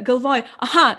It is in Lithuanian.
galvoj aha